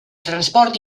transport